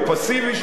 הפסיבי,